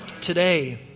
Today